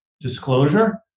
disclosure